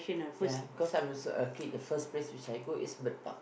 ya I'm also a kid the first place which I go is Bird-Park